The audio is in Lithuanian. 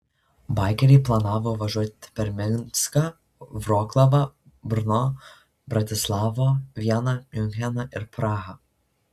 baikeriai planavo važiuoti per minską vroclavą brno bratislavą vieną miuncheną ir prahą